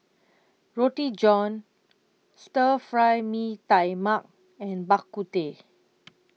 Roti John Stir Fry Mee Tai Mak and Bak Kut Teh